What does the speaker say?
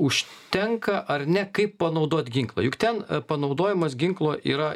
užtenka ar ne kaip panaudot ginklą juk ten panaudojimas ginklo yra